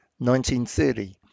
1930